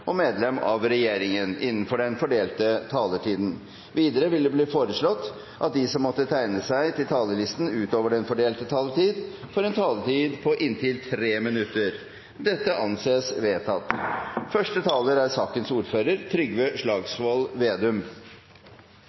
og medlem av regjeringen innenfor den fordelte taletiden. Videre blir det foreslått at de som måtte tegne seg på talerlisten utover den fordelte taletid, får en taletid på inntil 3 minutter. – Det anses vedtatt.